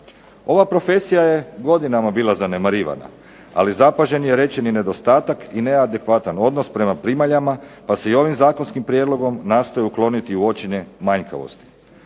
Ova profesija je godinama bila zanemarivana, ali zapažen je rečeni nedostatak i neadekvatan odnos prema primaljama pa se i ovim zakonskim prijedlogom nastoje ukloniti uočene manjkavosti.